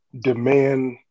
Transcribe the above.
demand